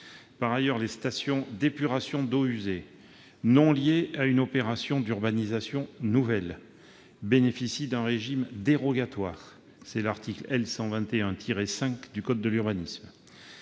Par ailleurs, les stations d'épuration d'eaux usées non liées à une opération d'urbanisation nouvelle bénéficient d'un régime dérogatoire, conformément à l'article L. 121-5 du même code.